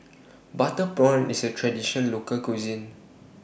Butter Prawn IS A Traditional Local Cuisine